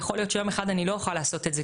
יכול להיות שיום אחד אני לא אוכל לעשות את זה,